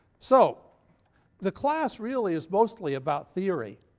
so the class really is mostly about theory,